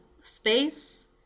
space